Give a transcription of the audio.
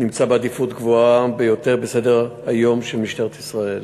נמצא בעדיפות גבוהה ביותר בסדר-היום של משטרת ישראל.